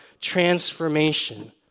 transformation